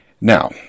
Now